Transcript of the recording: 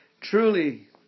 Truly